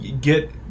get